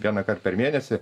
vienąkart per mėnesį